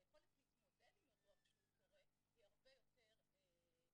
היכולת להתמודד עם אירוע כשהוא קורה היא הרבה יותר מיטבית.